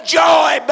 joy